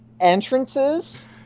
entrances